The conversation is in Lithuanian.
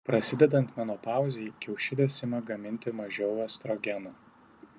prasidedant menopauzei kiaušidės ima gaminti mažiau estrogeno